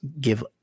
give